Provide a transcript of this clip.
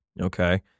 Okay